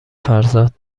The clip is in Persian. فرزاد